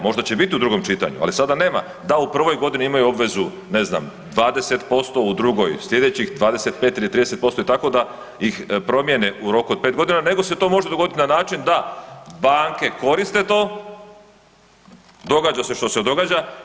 Možda će biti u drugom čitanju ali sada nema da u prvoj godini imaju obvezu ne znam 20%, u drugoj sljedećih 25 ili 30% i tako da ih promijene u roku od 5 godina, nego se to može dogoditi na način da banke koriste to, događa se što se događa.